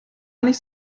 nicht